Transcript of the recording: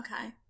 okay